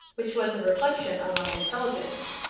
which was a reflection on my intelligence.